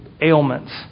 ailments